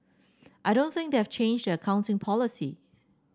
I don't think they have changed their accounting policy